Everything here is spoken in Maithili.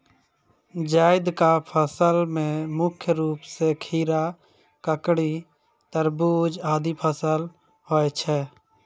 जैद क फसल मे मुख्य रूप सें खीरा, ककड़ी, तरबूज आदि फसल होय छै